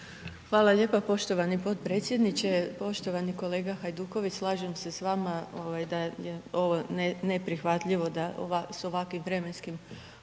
Hvala lijepa poštovani potpredsjedniče. Poštovani kolega Hajduković, slažem se s vama da je ovo neprihvatljivo da sa ovakvim vremenskim